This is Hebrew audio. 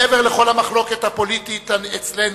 מעבר לכל המחלוקות הפוליטיות אצלנו,